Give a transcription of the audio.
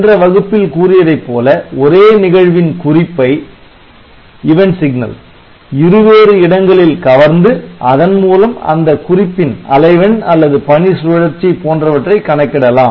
சென்ற வகுப்பில் கூறியதைப் போல ஒரே நிகழ்வின் குறிப்பை இரு வேறு இடங்களில் கவர்ந்து அதன்மூலம் அந்த குறிப்பின் அலைவெண் அல்லது பணி சுழற்சி போன்றவற்றை கணக்கிடலாம்